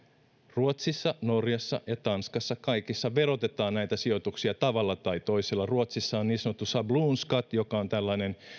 ruotsissa norjassa ja tanskassa kaikissa verotetaan näitä sijoituksia tavalla tai toisella ruotsissa on niin sanottu schablonskatt joka on tällainen